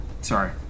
Sorry